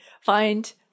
find